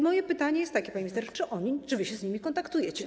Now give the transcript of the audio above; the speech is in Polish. Moje pytanie jest takie, pani minister: Czy wy się z nimi kontaktujecie?